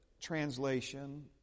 translation